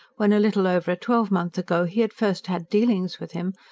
when, a little over a twelvemonth ago, he had first had dealings with him,